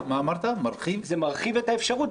זה מרחיב את האפשרות.